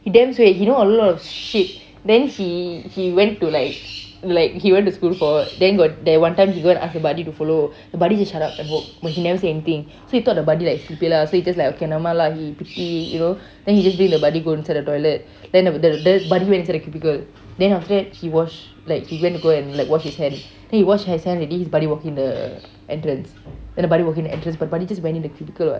he damn suay he know a lot of shit then he he went to like like he went to school for then got that one time he go and ask the buddy to follow the buddy just shut up and walked but he never say anything so he thought the buddy like sleepy lah so he just like okay nevermind lah he sleepy you know then he just bring the buddy go inside the toilet then the the buddy went inside the cubicle then after that he wash like he went to go and like wash his hand then he wash his hands already his buddy walk in the entrance then the buddy walk in the entrance but the buddy just in the cubicle [what]